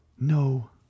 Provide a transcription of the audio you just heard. No